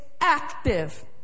active